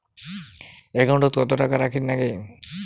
একাউন্টত কত টাকা রাখীর নাগে?